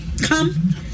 Come